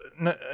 no